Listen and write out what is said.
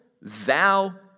Thou